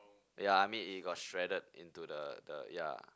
ya I mean it got shredded into the the ya